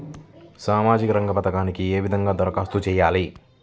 సామాజిక రంగ పథకాలకీ ఏ విధంగా ధరఖాస్తు చేయాలి?